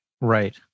Right